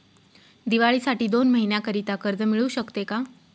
दिवाळीसाठी दोन महिन्याकरिता कर्ज मिळू शकते का?